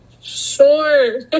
Sure